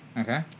Okay